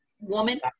woman